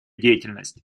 деятельность